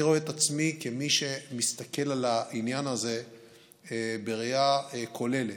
אני רואה את עצמי כמי שמסתכל על העניין הזה בראייה כוללת,